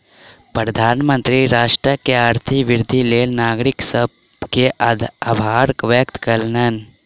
प्रधानमंत्री राष्ट्रक आर्थिक वृद्धिक लेल नागरिक सभ के आभार व्यक्त कयलैन